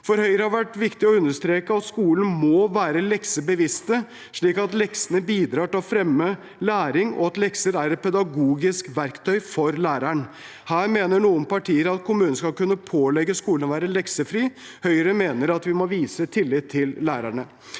For Høyre har det vært viktig å understreke at skolen må være leksebevisst, slik at leksene bidrar til å fremme læring, og at lekser er et pedagogisk verktøy for læreren. Her mener noen partier at kommunen skal kunne pålegge skolen å være leksefri. Høyre mener vi må vise tillit til lærerne.